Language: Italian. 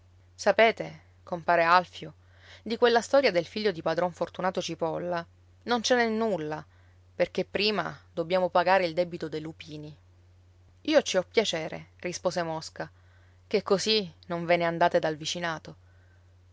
sapete compare alfio di quella storia del figlio di padron fortunato cipolla non ce n'è nulla perché prima dobbiamo pagare il debito dei lupini io ci ho piacere rispose mosca ché così non ve ne andate dal vicinato